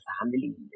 family